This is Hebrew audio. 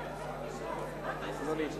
את סדר-היום.